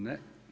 Ne.